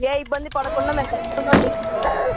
ఏ ఇబ్బంది పడకుండా మేం ఖచ్చితంగా చూసుకుంటాం మేడమ్